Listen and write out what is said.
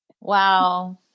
Wow